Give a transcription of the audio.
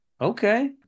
Okay